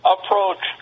Approach